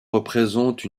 représente